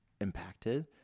impacted